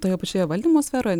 toje pačioje valdymo sferoje